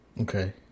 Okay